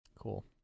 Cool